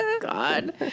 God